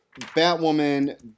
Batwoman